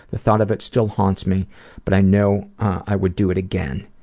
the thought of it still haunts me but i know i would do it again.